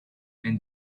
and